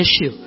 issue